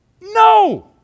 No